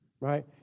right